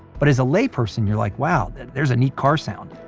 but as a lay person you're like wow, there's a neat car sound.